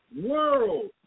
world